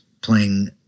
playing